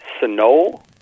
Sano